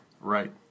Right